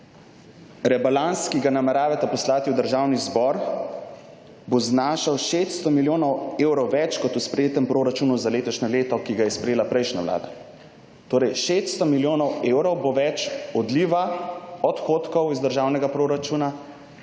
rebalans, ki ga nameravate poslati v Državni zbor, bo znašal 600 milijonov evrov več kot v sprejetem proračunu za letošnje leto, ki ga je sprejela prejšnja vlada. Torej 600 milijonov evrov bo več odliva, odhodkov iz državnega proračuna,